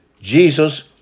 Jesus